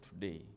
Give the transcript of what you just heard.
today